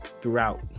throughout